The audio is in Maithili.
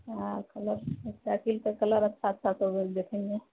हँ कलर साइकिल कऽ कलर अच्छा अच्छा हो देखऽमे